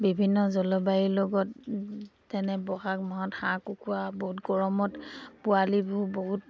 বিভিন্ন জলবায়ুৰ লগত যেনে বহাগ মাহত হাঁহ কুকুৰা বহুত গৰমত পোৱালিবোৰ বহুত